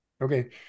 Okay